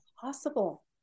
possible